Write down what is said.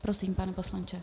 Prosím, pane poslanče.